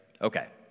Okay